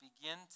begin